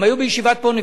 הם היו בישיבת "פוניבז'".